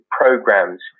programs